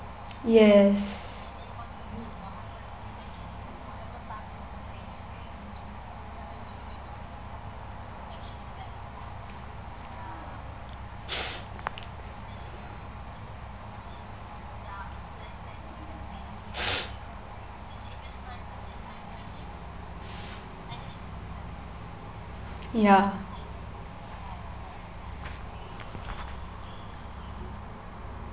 yes ya